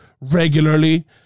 regularly